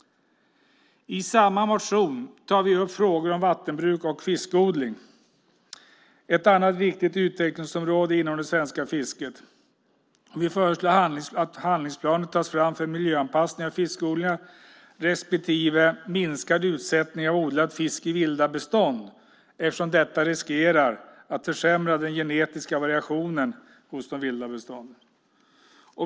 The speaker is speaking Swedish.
I samma motion tar vi upp frågor om vattenbruk och fiskodling, som är ett annat viktigt utvecklingsområde inom det svenska fisket. Vi föreslår att handlingsplaner tas fram för miljöanpassning av fiskodlingar respektive minskad utsättning av odlad fisk i vilda bestånd, eftersom detta riskerar att försämra den genetiska variationen i de vilda bestånden.